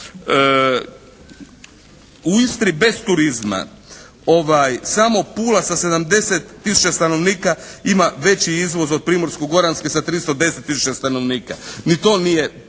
U Istri bez turizma samo Pula sa 70 tisuća stanovnika ima veći izvoz od Primorsko-Goranske sa 310 tisuća stanovnika. Ni to nije